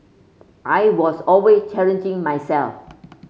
I was always challenging myself